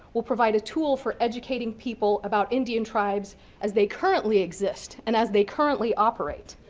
will provide a tool for educating people about indian tribes as they currently exist and as they currently operate.